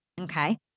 Okay